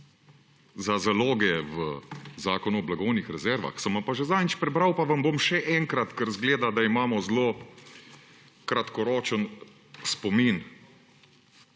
za zaloge po Zakonu o blagovnih rezervah, sem vam že zadnjič prebral pa vam bom še enkrat, ker izgleda, da imamo zelo kratkoročen spomin.